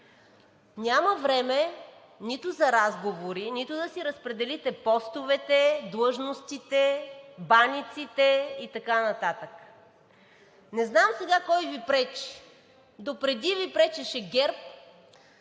Няма време нито за разговори, нито да си разпределите постовете, длъжностите, баниците и така нататък. Не знам сега кой Ви пречи. Допреди Ви пречеше ГЕРБ,